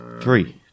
Three